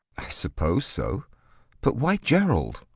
i suppose so but why gerald?